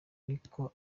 niko